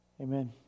Amen